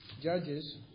Judges